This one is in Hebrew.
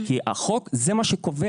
כי החוק זה מה שקובע.